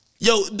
Yo